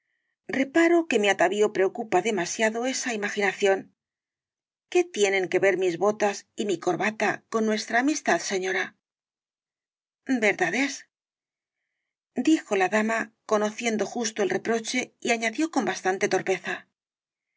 reparo que mi atavío preocupa demasiado esa imaginación qué tienen que ver mis botas y mi corbata con nuestra amistad señora verdad e s d i j o la dama conociendo justo el reproche y añadió con bastante torpeza